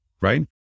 right